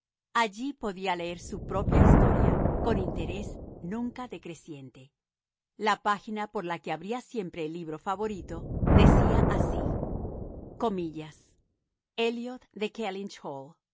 allí podía leer su propia historia con interés nunca decreciente la página por la que abría siempre el libro favorito decía así elliot de